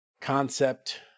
concept